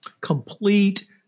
complete